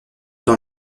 dans